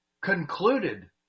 concluded